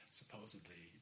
supposedly